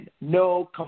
no